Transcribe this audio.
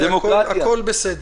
דמוקרטיה.